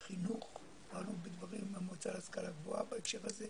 ובחינוך ובאנו בדברים עם המועצה להשכלה גבוהה בהקשר הזה.